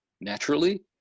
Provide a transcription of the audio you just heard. naturally